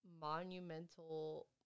monumental